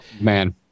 man